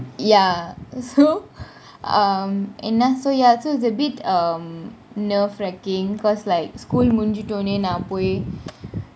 ya so um என்ன :enna is a bit um nerve wracking because like school முடிஞ்சிட ஒடனே நான் பொய் :mudinjita odaney naan poi